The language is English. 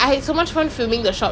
okay okay